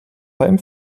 beim